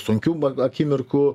sunkių akimirkų